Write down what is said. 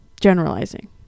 generalizing